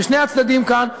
ושני הצדדים כאן ירוויחו.